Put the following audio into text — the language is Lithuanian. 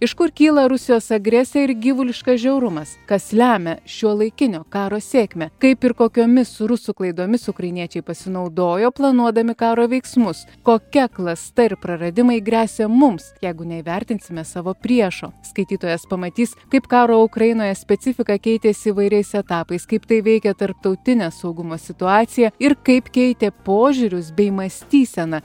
iš kur kyla rusijos agresija ir gyvuliškas žiaurumas kas lemia šiuolaikinio karo sėkmę kaip ir kokiomis rusų klaidomis ukrainiečiai pasinaudojo planuodami karo veiksmus kokia klasta ir praradimai gresia mums jeigu neįvertinsime savo priešo skaitytojas pamatys kaip karo ukrainoje specifika keitėsi įvairiais etapais kaip tai veikė tarptautinę saugumo situaciją ir kaip keitė požiūrius bei mąstyseną